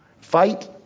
Fight